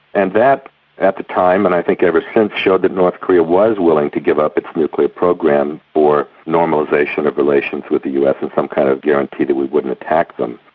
and that at the time and i think ever since showed that north korea was willing to give up nuclear program for normalisation of relations with the us and some kind of guarantee that we wouldn't attack them.